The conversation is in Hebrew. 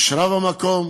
ויש רב המקום